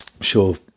sure